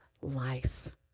life